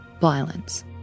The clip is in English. violence